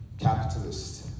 capitalist